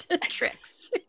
tricks